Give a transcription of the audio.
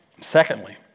Secondly